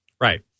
Right